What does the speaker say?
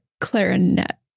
clarinet